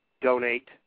donate